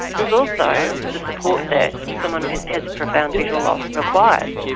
there is also the support that someone who has profound visual loss requires,